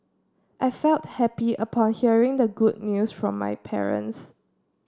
I felt happy upon hearing the good news from my parents